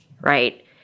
right